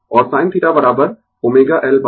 और sin θω L √ over R 2ω L 2